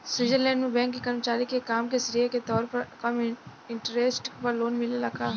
Switzerland में bank के कर्मचारी के काम के श्रेय के तौर पर कम इंटरेस्ट पर लोन मिलेला का?